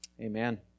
Amen